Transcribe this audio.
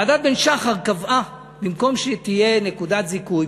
ועדת בן-שחר קבעה: במקום שתהיה נקודת זיכוי,